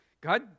God